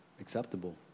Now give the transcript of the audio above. Acceptable